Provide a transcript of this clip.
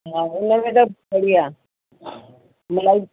हा उनमें त बढ़िया मलाई